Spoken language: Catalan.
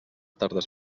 tardes